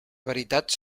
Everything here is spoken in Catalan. veritats